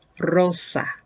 rosa